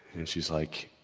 and she's like